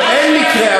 אין מקרה,